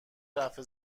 رفع